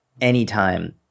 anytime